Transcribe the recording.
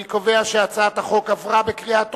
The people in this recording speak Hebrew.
הצעת החוק עברה בקריאה טרומית,